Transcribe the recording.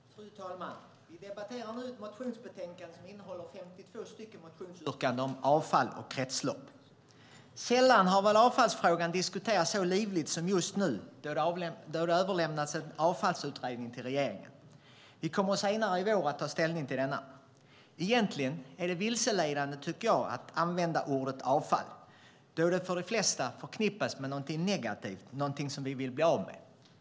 Fru talman! Vi debatterar nu ett motionsbetänkande som innehåller 52 motionsyrkanden om avfall och kretslopp. Sällan har väl avfallsfrågan diskuterats så livligt som just nu då det har överlämnats en avfallsutredning till regeringen. Vi kommer senare i år att ta ställning till denna. Egentligen tycker jag att det är vilseledande att använda ordet "avfall" då det för de flesta förknippas med något negativt, någonting vi vill bli av med.